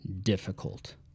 difficult